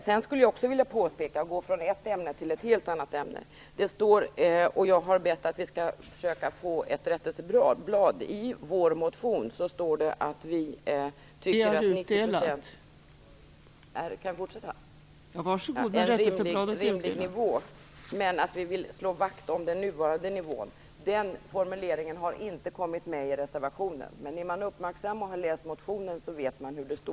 Sedan skulle jag vilja påpeka - för att nu gå från ett ämne till ett helt annat - att det i vår motion står att vi inte tycker att det är en rimlig nivå men att vi vill slå vakt om den nuvarande nivån. Den formuleringen finns inte med i reservationen - vi har bett att få ett rättelseblad - men i motionen står det så.